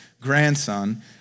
grandson